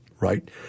Right